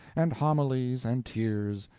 and homilies, and tears,